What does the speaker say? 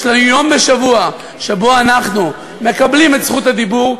יש לנו יום בשבוע שאנחנו מקבלים את זכות הדיבור,